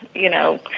you know,